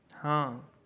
हाँ